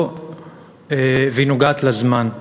והיא נוגעת לזמן.